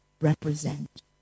represent